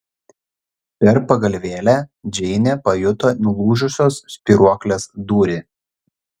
per pagalvėlę džeinė pajuto nulūžusios spyruoklės dūrį